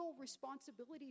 responsibility